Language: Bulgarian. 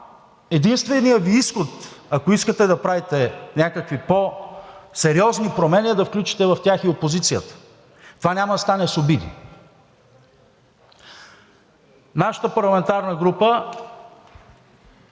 единственият Ви изход, ако искате да правите някакви по-сериозни промени, е да включите в тях и опозицията. Това няма да стане с обиди. Нашата парламентарна група